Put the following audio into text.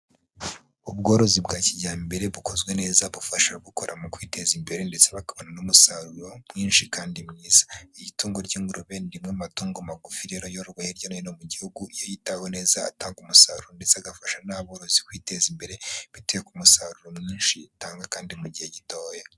Ubworozi bwa kijyambere bukozwe neza bufasha ababukora mu kwiteza imbere ndetse bakabona n'umusaruro mwinshi kandi mwiza. Itungo ry'ingurube ni rimwe mu matungo magufi rero yororwa hirya no hino gihugu iyo yitaweho neza atanga umusaruro ndetse agafasha n'aborozi kwiteza imbere, bitewe ko umusaruro mwinshi utangwa kandi mu gihe gitoya.